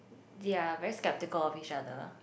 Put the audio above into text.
their very skeptical of each other